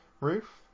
roof